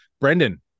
Brendan